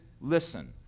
listen